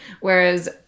Whereas